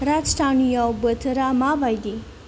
राजथावनियाव बोथोरा माबायदि